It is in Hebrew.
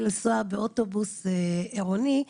לנסוע באוטובוס עירוני,